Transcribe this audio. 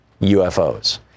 UFOs